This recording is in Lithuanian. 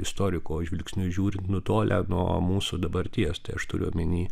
istoriko žvilgsniu žiūrint nutolę nuo mūsų dabarties tai aš turiu omeny